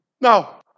Now